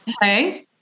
hey